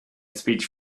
speech